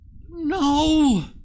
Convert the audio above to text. No